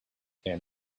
can